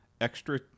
extra